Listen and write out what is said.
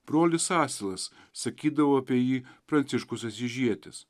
brolis asilas sakydavo apie jį pranciškus asyžietis